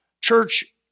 Church